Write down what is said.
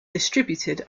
distributed